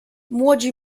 młodzi